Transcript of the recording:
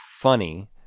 funny